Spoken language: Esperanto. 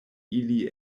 ili